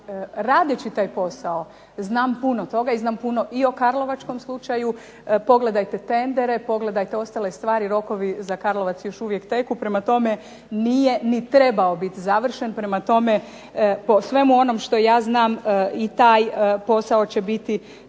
radeći taj posao znam puno toga, znam i o karlovačkom slučaju. Pogledajte tendere, pogledajte sve ostale stvari, rokovi za Karlovac još uvijek teku. Prema tome, nije ni trebao biti završen, po svemu onome što ja znam i taj posao će biti